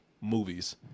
movies